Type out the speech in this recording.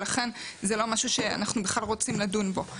ולכן זה לא משהו שאנחנו בכלל רוצים לדון בו.